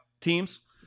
teams